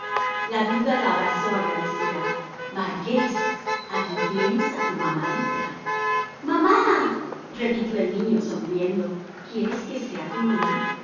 la viuda la abrazó agradecida marqués ahí tienes a tu mamaíta mamá repitió el niño sonriendo quieres que sea tu mamá